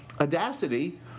Audacity